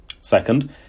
Second